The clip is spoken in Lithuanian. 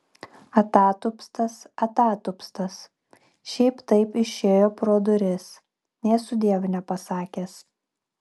atatupstas atatupstas šiaip taip išėjo pro duris nė sudiev nepasakęs